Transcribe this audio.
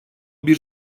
bir